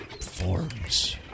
forms